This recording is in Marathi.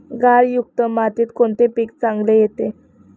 गाळयुक्त मातीत कोणते पीक चांगले येते?